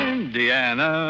Indiana